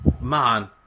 Man